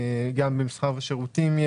מסחר ושירותים.